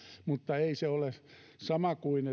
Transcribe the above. mutta ei se ole sama kuin